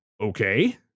okay